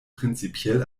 prinzipiell